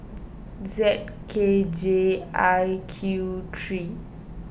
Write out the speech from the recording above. Z K J I Q three